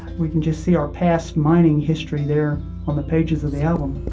we can just see our past mining history there on the pages of the album